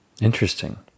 Interesting